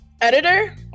Editor